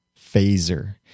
Phaser